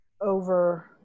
over